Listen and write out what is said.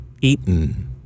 Eaton